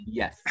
yes